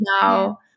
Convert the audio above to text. now